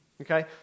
Okay